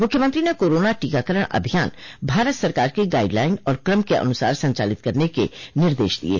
मुख्यमंत्री ने कोरोना टीकाकरण अभियान भारत सरकार की गाइड लाइन और क्रम के अनुसार संचालित करने के निर्देश दिये